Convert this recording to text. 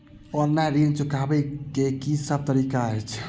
Online ऋण चुकाबै केँ की सब तरीका अछि?